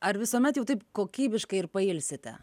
ar visuomet jau taip kokybiškai ir pailsite